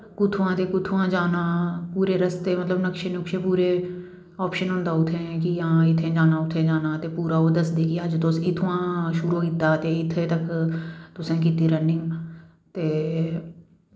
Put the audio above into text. कुत्थुआं ते कुत्थुआं जाना पूरे रस्ते मतलव नक्शे नुक्शे पूरे ऑपशन होंदा उत्थें कि हां इत्थें जाना उत्थें जाना ते पूरा ओह् दसदे कि अज्ज तुस इत्थुआं शुरु कीता ते इत्थें तक तुसें कीती रनिंग ते